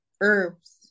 herbs